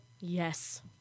Yes